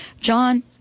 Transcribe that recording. john